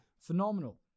Phenomenal